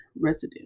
residue